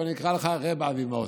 אבל אני אקרא לך רב אבי מעוז,